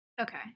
okay